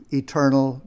eternal